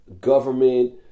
government